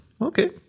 Okay